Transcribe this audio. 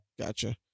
gotcha